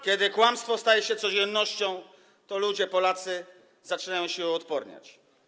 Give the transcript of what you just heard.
Kiedy kłamstwo staje się codziennością, to ludzie, Polacy, zaczynają się uodporniać.